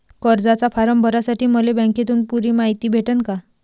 कर्जाचा फारम भरासाठी मले बँकेतून पुरी मायती भेटन का?